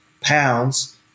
pounds